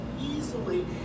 easily